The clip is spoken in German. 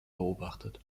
beobachtet